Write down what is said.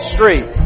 Street